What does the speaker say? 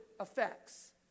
effects